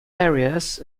areas